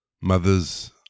mothers